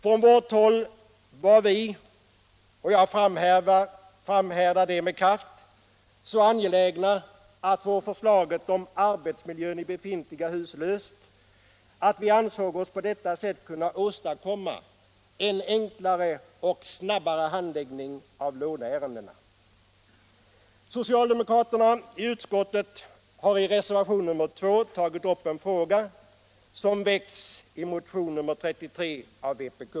Från vårt håll var vi — och jag framhäver det med kraft — så angelägna att få problemet med arbetsmiljön i befintliga hus löst att vi på detta sätt ville åstadkomma en enklare och snabbare handläggning av låneärendena. Socialdemokraterna i utskottet har i reservationen 2 tagit upp en fråga som väckts i motionen 1976/77:33 av vpk.